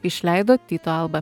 išleido tyto alba